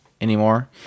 anymore